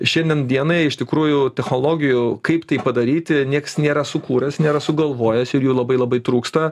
šiandien dienai iš tikrųjų technologijų kaip tai padaryti nieks nėra sukūręs nėra sugalvojęs ir jų labai labai trūksta